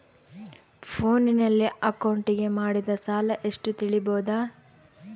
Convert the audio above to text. ಫೋನಿನಲ್ಲಿ ಅಕೌಂಟಿಗೆ ಮಾಡಿದ ಸಾಲ ಎಷ್ಟು ತಿಳೇಬೋದ?